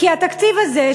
כי התקציב הזה,